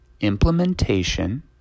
implementation